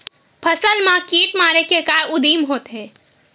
फसल मा कीट मारे के का उदिम होथे?